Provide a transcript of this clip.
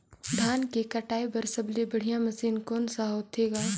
धान के कटाई बर सबले बढ़िया मशीन कोन सा होथे ग?